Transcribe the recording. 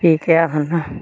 फ्ही केह् आखना